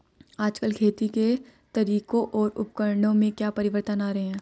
आजकल खेती के तरीकों और उपकरणों में क्या परिवर्तन आ रहें हैं?